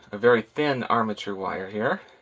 a very thin armature wire here.